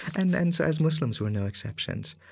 and and as muslims, we're no exceptions.